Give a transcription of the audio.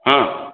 ହଁ